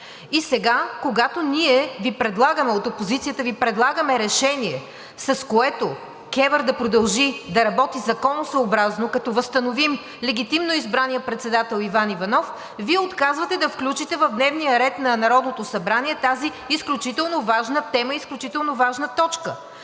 И сега, когато ние от опозицията Ви предлагаме решение, с което КЕВР да продължи да работи законосъобразно, като възстановим легитимно избрания председател Иван Иванов, Вие отказвате да включите в дневния ред на Народното събрание тази изключително важна тема, изключително важна точка.